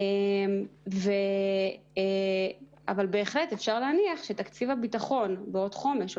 אבל בהחלט אפשר להניח שתקציב הביטחון בעוד חומש או